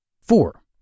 Four